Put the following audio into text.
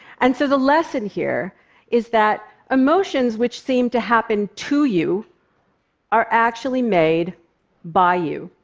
and so the lesson here is that emotions which seem to happen to you are actually made by you.